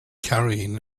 carrying